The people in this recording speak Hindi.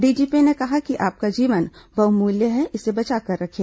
डीजीपी ने कहा कि आपका जीवन बहुमूल्य है इसे बचाकर रखें